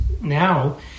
now